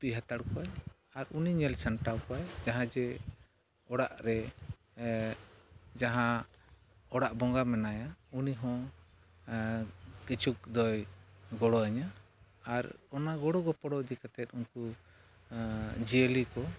ᱜᱩᱯᱤ ᱦᱟᱛᱟᱲ ᱠᱚᱣᱟᱭ ᱟᱨ ᱩᱱᱤ ᱧᱮᱞ ᱥᱟᱢᱴᱟᱣ ᱠᱚᱣᱟᱭ ᱡᱟᱦᱟᱸᱭ ᱡᱮ ᱚᱲᱟᱜ ᱨᱮ ᱡᱟᱦᱟᱸ ᱚᱲᱟᱜ ᱵᱚᱸᱜᱟ ᱢᱮᱱᱟᱭᱟ ᱩᱱᱤ ᱦᱚᱸ ᱠᱤᱪᱷᱩᱠ ᱫᱚᱭ ᱜᱚᱲᱚᱣᱟᱹᱧᱟᱹ ᱟᱨ ᱚᱱᱟ ᱜᱚᱲᱚ ᱜᱚᱯᱚᱲᱚ ᱤᱫᱤ ᱠᱟᱛᱮᱫ ᱩᱱᱠᱩ ᱡᱤᱭᱟᱹᱞᱤ ᱠᱚ